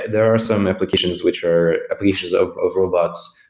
there are some applications which are applications of of robots.